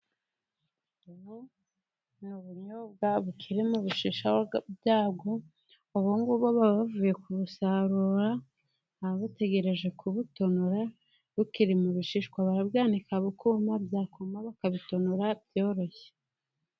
Ubu ni ubunyobwa bukiri mu bishishwa byabwo, ubu ngubu baba bavunye kubusarura, baba bategereje kubutonora, bukiri mu bishishwa. Barabwnika bwakuma, bwakuma bakabutonora byoroshye.